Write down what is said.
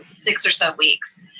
six or so weeks.